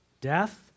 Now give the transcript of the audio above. Death